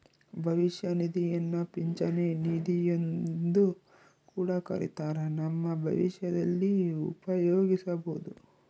ಭವಿಷ್ಯ ನಿಧಿಯನ್ನ ಪಿಂಚಣಿ ನಿಧಿಯೆಂದು ಕೂಡ ಕರಿತ್ತಾರ, ನಮ್ಮ ಭವಿಷ್ಯದಲ್ಲಿ ಉಪಯೋಗಿಸಬೊದು